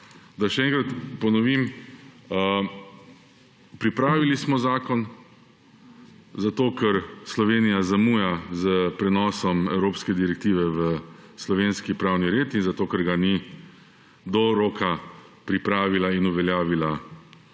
Da še enkrat ponovim. Pripravili smo zakon, zato ker Slovenija zamuja s prenosom evropske direktive v slovenski pravni red in zato ker ga ni do roka pripravila in uveljavila